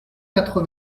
quatre